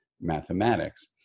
mathematics